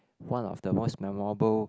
one of the most memorable